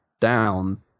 down